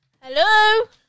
hello